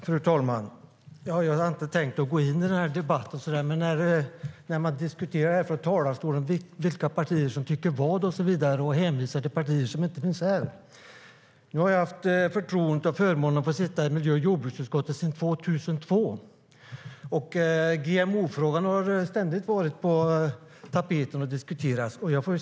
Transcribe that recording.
Fru talman! Jag hade inte tänkt att gå in i debatten men gör det när man från talarstolen diskuterar vilka partier som tycker vad och hänvisar till partier som inte finns representerade här. Jag har haft förtroendet och förmånen att få sitta i miljö och jordbruksutskottet sedan 2002. GMO-frågan har ständigt varit på tapeten och diskuterats.